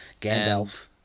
Gandalf